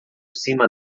cima